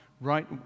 right